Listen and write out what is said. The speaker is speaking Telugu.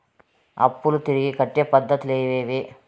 అప్పులు తిరిగి కట్టే పద్ధతులు ఏవేవి